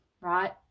right